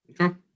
Okay